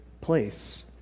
place